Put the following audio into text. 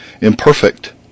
Imperfect